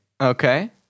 Okay